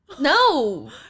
No